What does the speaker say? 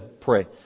pray